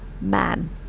Man